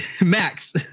Max